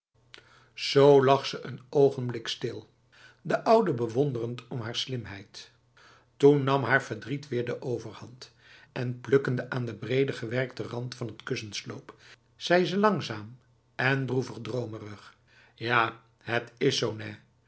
zo lag ze een ogenblik stil de oude bewonderend om haar slimheid toen nam haar verdriet weer de overhand en plukkende aan de brede gewerkte rand van het kussensloop zei ze langzaam en droevig dromerig ja het is zo nèh